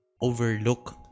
overlook